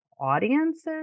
audiences